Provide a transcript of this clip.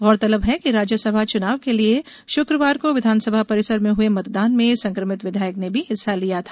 गौरतलब है कि राज्यसभा चुनाव के लिए शुक्रवार को विधानसभा परिसर में हुए मतदान में संक्रमित विधायक ने भी हिस्सा लिया था